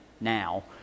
now